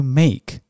make